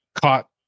caught